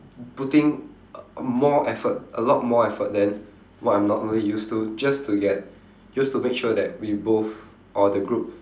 putting uh more effort a lot more effort than what I'm normally used to just to get just to make sure that we both or the group